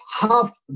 half